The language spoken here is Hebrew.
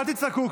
אל תצעקו,